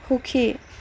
সুখী